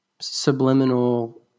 Subliminal